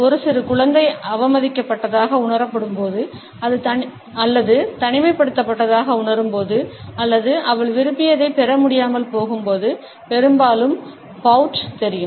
ஒரு சிறு குழந்தை அவமதிக்கப்பட்டதாக உணரப்படும்போது தனிமைப்படுத்தப்பட்டதாக உணரும்போது அல்லது அவள் விரும்பியதைப் பெற முடியாமல் போகும்போது பெரும்பாலும் பவுட் தெரியும்